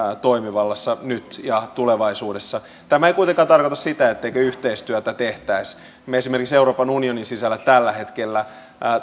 toimivallassa nyt ja tulevaisuudessa tämä ei kuitenkaan tarkoita sitä etteikö yhteistyötä tehtäisi me esimerkiksi euroopan unionin sisällä tällä hetkellä